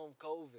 COVID